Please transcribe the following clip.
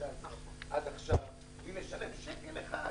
עד עכשיו בלי לשלם שקל אחד,